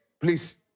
please